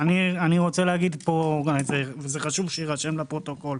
אני רוצה להגיד פה וזה חשוב שיירשם לפרוטוקול.